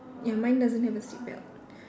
ya mine doesn't have a seat belt